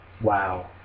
wow